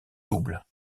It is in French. double